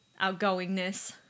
outgoingness